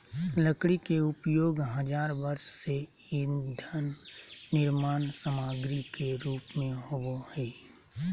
लकड़ी के उपयोग हजार वर्ष से ईंधन निर्माण सामग्री के रूप में होबो हइ